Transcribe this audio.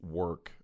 work